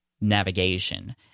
navigation